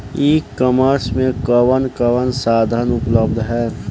ई कॉमर्स में कवन कवन साधन उपलब्ध ह?